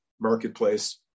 marketplace